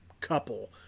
couple